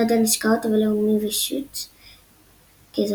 קרדן השקעות ו"לאומי ושות'" כזוכה.